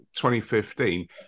2015